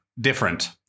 different